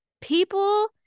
people